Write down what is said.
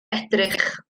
edrych